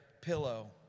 pillow